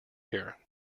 here